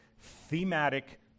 thematic